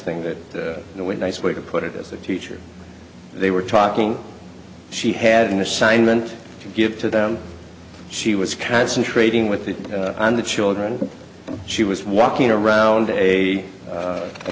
thing that we nice way to put it as a teacher they were talking she had an assignment to give to them she was concentrating with that and the children she was walking around a